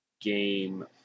Game